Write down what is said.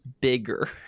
bigger